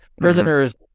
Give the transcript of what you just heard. prisoners